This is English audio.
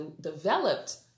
developed